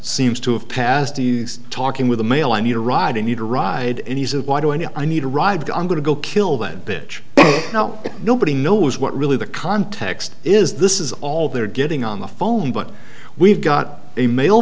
seems to have passed the talking with a male i need a ride and need a ride and he's of why do i need a ride i'm going to go kill that bitch now nobody knows what really the context is this is all they're getting on the phone but we've got a male